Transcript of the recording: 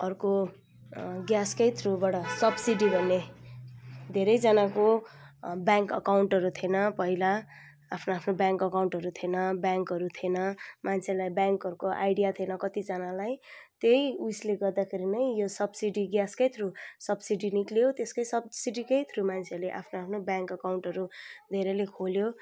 अर्को ग्यासकै थ्रुबाट सब्सिडी भन्ने धेरैजानाको ब्याङ्क अकाउन्टहरू थिएन पहिला आफ्नो आफ्नो ब्याङ्क अकाउन्टहरू थिएन ब्याङ्कहरू थिएन मान्छेलाई ब्याङ्कहरूको आइडिया थिएन कतिजनालाई त्यही उयसले गर्दाखेरी नै यो सब्सिडी ग्यासकै थ्रु सब्सिडी निक्ल्यो त्यसकै सब्सिडीकै थ्रुमा मान्छेले आफ्नो आफ्नो ब्याङ्क अकाउन्टहरू धेरैले खोल्यो